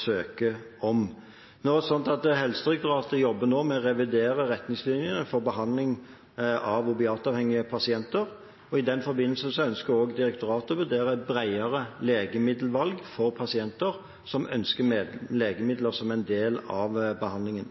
søke om. Helsedirektoratet jobber nå med å revidere retningslinjene for behandling av opiatavhengige pasienter, og i den forbindelse ønsker også direktoratet å vurdere et bredere legemiddelvalg for pasienter som ønsker legemidler som en del av behandlingen.